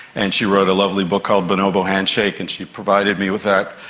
and she wrote a lovely book called bonobo handshake and she provided me with that.